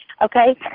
okay